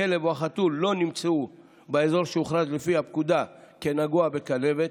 הכלב או החתול לא נמצאו באזור שהוכרז לפי הפקודה כנגוע בכלבת,